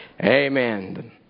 Amen